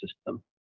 system